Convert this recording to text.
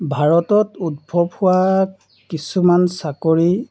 ভাৰতত উদ্ভৱ হোৱা কিছুমান চাকৰি